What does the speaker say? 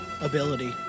ability